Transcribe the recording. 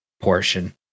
portion